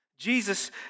Jesus